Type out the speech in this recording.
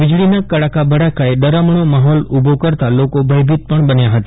વીજળીના કડાકા ભડાકાએ ડરામણો માફોલ ઊભો કરતા લોકો ભયભીત બન્યા ફતા